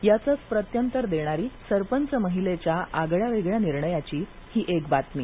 याचंच प्रत्यंतर देणारी सरपंच महिलेच्या आगळ्यावेगळ्या निर्णयाची ही एक बातमी